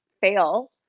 fail